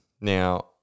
Now